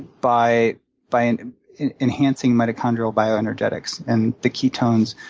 by by and enhancing mitochondrial bioenergetics. and the ketones,